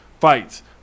fights